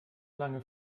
lange